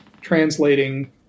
translating